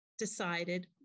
decided